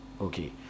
Okay